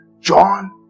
John